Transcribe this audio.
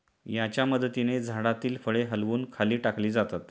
याच्या मदतीने झाडातील फळे हलवून खाली टाकली जातात